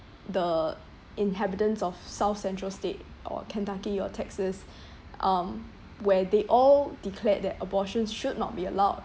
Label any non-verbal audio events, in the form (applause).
the inhabitants of south central state or kentucky or texas (breath) um where they all declared that abortion should not be allowed